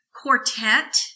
Quartet